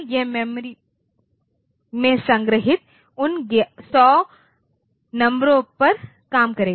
यह मेमोरी में संग्रहीत उन 100 नंबरों पर काम करेगा